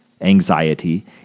anxiety